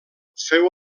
feu